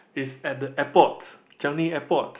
is at the airport Changi-Airport